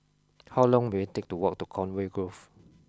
how long will it take to walk to Conway Grove